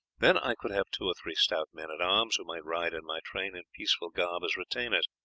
then i could have two or three stout men-at-arms who might ride in my train in peaceful garb as retainers.